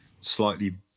slightly